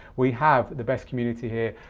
we have the best community here.